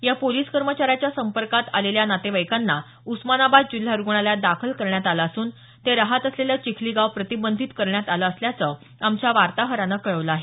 या पोलिस कर्मचाऱ्याच्या संपर्कात आलेल्या नातेवाईंकांना उस्मानाबाद जिल्हा रुग्णालायात दाखल करण्यात आलं असून ते राहत असलेलं चिखली गाव प्रतिबंधित करण्यात आलं असल्याचं आमच्या वार्ताहरानं कळवलं आहे